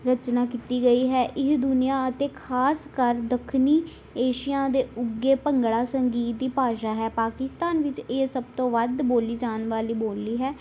ਰਚਨਾ ਕੀਤੀ ਗਈ ਹੈ ਇਹ ਦੁਨੀਆਂ ਅਤੇ ਖਾਸ ਕਰ ਦੱਖਣੀ ਏਸ਼ੀਆ ਦੇ ਉੱਘੇ ਭੰਗੜਾ ਸੰਗੀਤ ਦੀ ਭਾਸ਼ਾ ਹੈ ਪਾਕਿਸਤਾਨ ਵਿੱਚ ਇਹ ਸਭ ਤੋਂ ਵੱਧ ਬੋਲੀ ਜਾਣ ਵਾਲੀ ਬੋਲੀ ਹੈ